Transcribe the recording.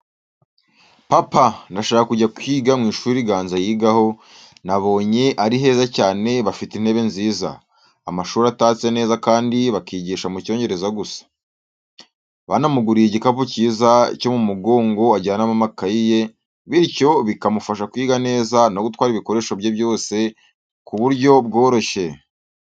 Papa, ndashaka kujya kwiga ku ishuri Ganza yigaho, nabonye ari heza cyane bafite intebe nziza, amashuri atatse neza kandi bakigisha mu Cyongereza gusa. Banamuguriye igikapu cyiza cyo mu mugongo ajyanamo amakayi ye, bityo bikamufasha kwiga neza no gutwara ibikoresho bye byose ku buryo bworoshye.